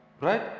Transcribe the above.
Right